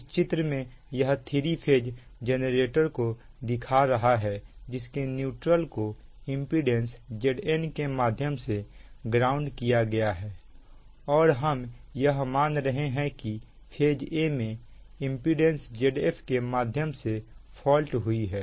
इस चित्र में यह थ्री फेज जनरेटर को दिखा रहा है जिसके न्यूट्रल को इंपीडेंस Zn के माध्यम से ग्राउंड किया गया है और हम यह मान रहे हैं कि फेज a में इंपीडेंस Zf के माध्यम से फॉल्ट हुई है